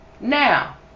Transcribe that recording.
Now